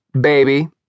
Baby